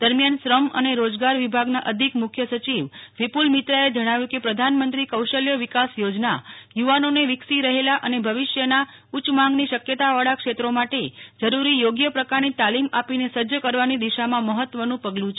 દરમિયાન શ્રમ અને રોજગાર વિભાગના અધિક મુખ્ય સચિવ વિપુ લ મિત્રાએ જણાવ્યું કે પ્રધાનમંત્રી કૌશલ્ય વિકાસ યોજના યુવાનોને વિકસી રહેલા અને ભવિષ્યના ઉચ્ય માંગની શકયતાવાળા ક્ષેત્રો માટે જરૂરી થોગ્ય પ્રકારની તાલીમ આપીને સજજ કરવાની દિશામાં મહત્વનું પગલુ છે